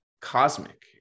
Cosmic